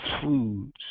foods